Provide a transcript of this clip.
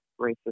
racist